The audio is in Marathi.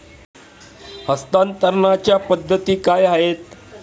हस्तांतरणाच्या पद्धती काय आहेत?